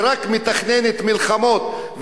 היא רק מתכננת מלחמות,